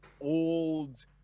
old